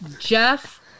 Jeff